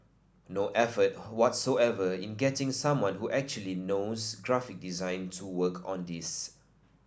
no effort who whatsoever in getting someone who actually knows graphic design to work on this